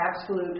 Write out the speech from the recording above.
absolute